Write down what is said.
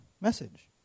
message